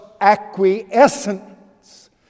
acquiescence